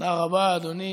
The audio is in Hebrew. תודה רבה, אדוני